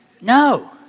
No